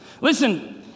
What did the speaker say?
Listen